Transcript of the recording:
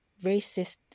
racist